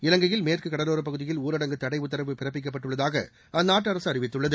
இலங்கையில் மேற்கு கடலோரப் பகுதிகளில் ஊரடங்கு தடை உத்தரவு பிறப்பிக்கப்பட்டுள்ளதாக அந்நாட்டு அரசு அறிவித்துள்ளது